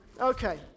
Okay